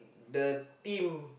the team